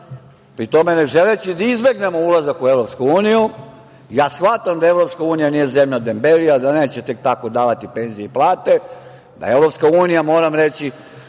pri tome ne želeći da izbegnemo ulazak u EU, jer ja shvatam da EU nije zemlja dembelija, da neće tek tako davati penzije i plate, da EU finansira,